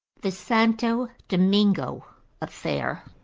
the santo domingo affair.